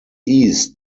east